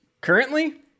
Currently